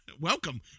Welcome